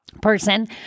person